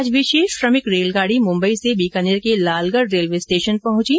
आज विशेष श्रमिक रेलगाड़ी मुम्बई से बीकानेर के लालगढ रेलवे स्टेशन पहंची